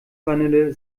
vanille